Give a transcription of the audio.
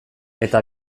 eta